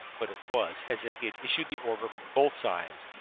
but it was as if he had issued the order for both sides,